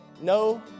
No